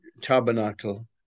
Tabernacle